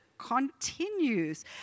Continues